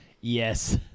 Yes